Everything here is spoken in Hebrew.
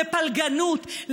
לפלגנות,